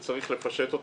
שצריך לפשט,